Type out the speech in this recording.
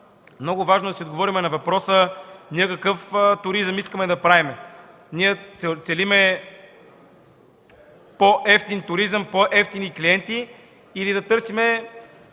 много важно да си отговорим на въпроса: ние какъв туризъм искаме да правим? Ние целим по-евтин туризъм, по-евтини клиенти или да се